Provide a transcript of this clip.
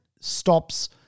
stops